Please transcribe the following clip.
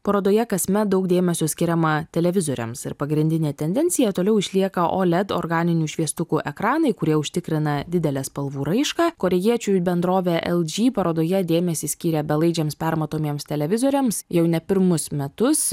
parodoje kasmet daug dėmesio skiriama televizoriams ir pagrindinė tendencija toliau išlieka oled organinių šviestukų ekranai kurie užtikrina didelę spalvų raišką korėjiečių bendrovė lg parodoje dėmesį skyrė belaidžiams permatomiems televizoriams jau ne pirmus metus